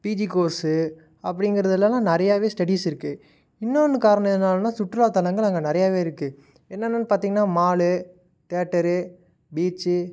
PG course அப்படிங்கிறதுலலாம் நிறையாவே studies இருக்கு இன்னொன்று காரணம் என்னன்னா சுற்றுலா தலங்கள் அங்கே நிறையாவே இருக்கு என்னென்னு பார்த்திங்கன்னா மாலு தேட்டரு பீச்சு